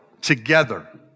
together